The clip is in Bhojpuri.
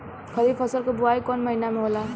खरीफ फसल क बुवाई कौन महीना में होला?